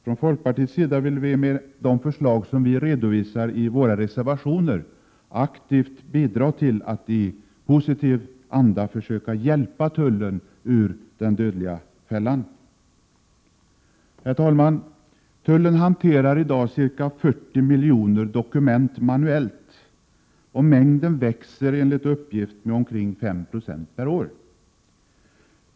Från folkpartiets sida vill vi med de förslag som redovisas i våra reservationer aktivt bidra till att i positiv anda försöka hjälpa tullen ur den ”dödliga fällan”. Herr talman! Tullen hanterar i dag ca 40 miljoner dokument manuellt, och Prot. 1987/88:133 mängden växer enligt uppgift med omkring 5 Ze per år.